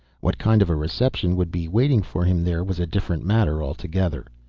what kind of a reception would be waiting for him there was a different matter altogether.